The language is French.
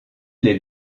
les